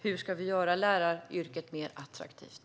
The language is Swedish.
Hur ska vi göra läraryrket mer attraktivt?